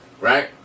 right